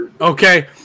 okay